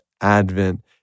Advent